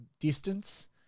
distance